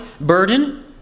burden